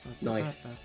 Nice